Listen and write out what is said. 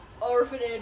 orphanage